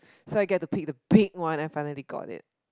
so I get to pick the big one and I finally got it